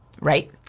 Right